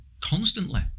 constantly